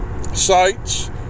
sites